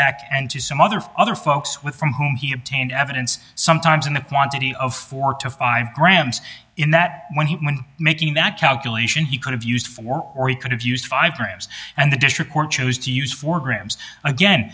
back and to some other other folks with from whom he obtained evidence sometimes in the quantity of four to five grams in that when he making that calculation he could have used for or he could have used five grams and the district chose to use four grams again